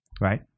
Right